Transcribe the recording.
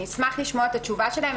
אני אשמח לשמוע את התשובה שלהם.